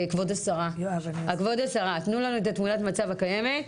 כבוד השרה, תנו לנו את תמונת המצב הקיימת.